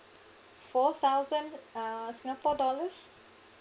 four thousand uh singapore dollars